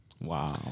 Wow